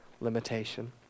limitation